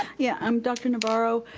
yeah, um dr. navarro,